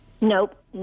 Nope